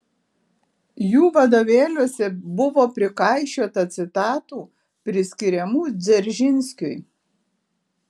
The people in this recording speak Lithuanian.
jų vadovėliuose buvo prikaišiota citatų priskiriamų dzeržinskiui